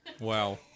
Wow